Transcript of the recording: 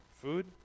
food